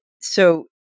so-